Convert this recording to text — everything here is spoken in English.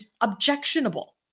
objectionable